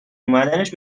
اومدنش